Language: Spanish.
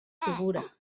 figura